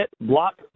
block